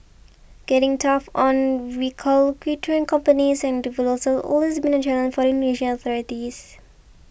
getting tough on companies and individuals has always been a challenge for the Indonesian authorities